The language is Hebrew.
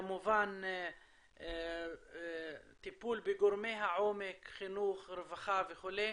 כמובן טיפול בגורמי העומק, חינוך, רווחה וכו'.